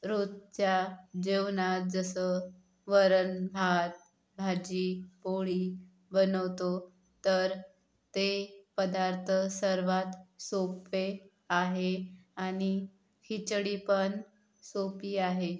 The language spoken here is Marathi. रोजच्या जेवणात जसं वरण भात भाजी पोळी बनवतो तर ते पदार्थ सर्वात सोपे आहे आणि खिचडी पण सोपी आहे